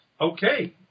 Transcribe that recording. okay